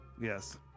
yes